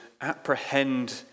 apprehend